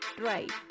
right